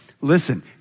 Listen